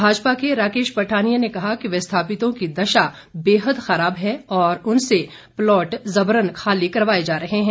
भाजपा के राकेश पठानिया ने कहा कि विस्थापितों की दशा बेहद खराब है और उनसे प्लाट जबरन खाली करवाये जा रहे हैं